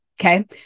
okay